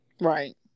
Right